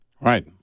Right